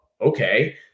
okay